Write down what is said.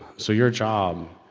so your job